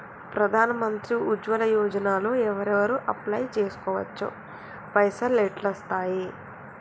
ప్రధాన మంత్రి ఉజ్వల్ యోజన లో ఎవరెవరు అప్లయ్ చేస్కోవచ్చు? పైసల్ ఎట్లస్తయి?